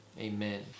amen